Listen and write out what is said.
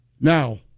Now